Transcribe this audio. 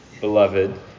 Beloved